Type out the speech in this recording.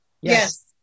Yes